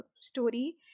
story